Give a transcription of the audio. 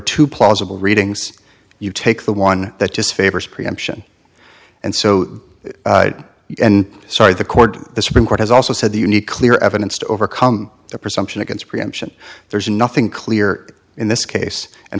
two plausible readings you take the one that just favors preemption and so sorry the court the supreme court has also said the unique clear evidence to overcome the presumption against preemption there's nothing clear in this case and